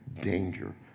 danger